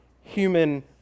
human